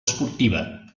esportiva